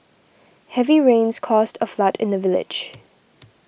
heavy rains caused a flood in the village